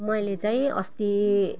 मैले चाहिँ अस्ति